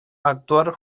actual